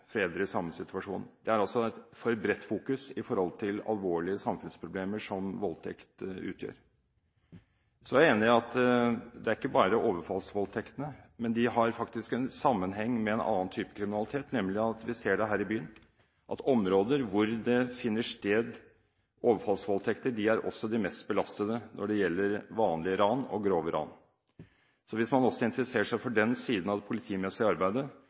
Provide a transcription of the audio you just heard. fedre i samme situasjon. Det er altså et for bredt fokus i forhold til alvorlige samfunnsproblemer som voldtekt. Jeg er enig i at det ikke bare er overfallsvoldtekter. Men de har faktisk en sammenheng med en annen type kriminalitet, nemlig det vi ser her i byen – at områder hvor det finner sted overfallsvoldtekter, også er de mest belastede når det gjelder vanlige ran og grove ran. Hvis man også interesserer seg for den siden av det politimessige arbeidet,